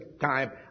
time